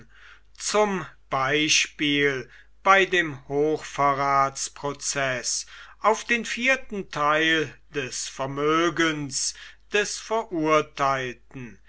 zum beispiel bei dem hochverratsprozeß auf den vierten teil des vermögens des verurteilten